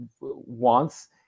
wants